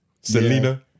Selena